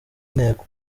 intego